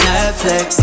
Netflix